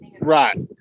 Right